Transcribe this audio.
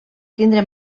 tindre